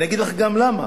אני אגיד לךְ גם למה,